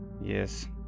yes